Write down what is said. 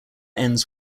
ends